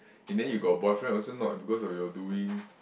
in the end you got a boyfriend also not because of your doing